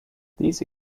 these